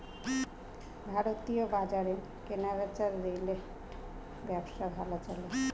ভারতীয় বাজারে কেনাবেচার রিটেল ব্যবসা ভালো চলে